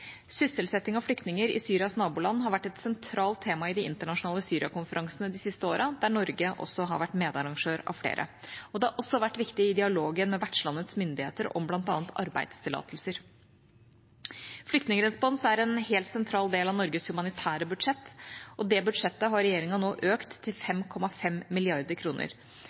Sysselsetting av flyktninger i Syrias naboland har vært et sentralt tema i de internasjonale Syria-konferansene de siste årene, der Norge har vært medarrangør av flere. Det har også vært viktig i dialogen med vertslandets myndigheter om bl.a. arbeidstillatelser. Flyktningrespons er en helt sentral del av Norges humanitære budsjett, og det budsjettet har regjeringa nå økt til 5,5